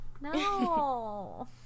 No